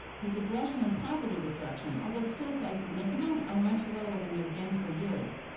his aggression and property destruction, although still quite significant, are much lower than they've been for years.